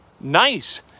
nice